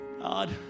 God